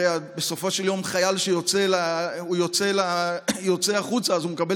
הרי בסופו של יום חייל שיוצא החוצה מקבל